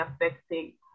affecting